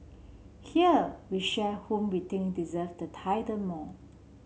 here we share whom we think deserve the title more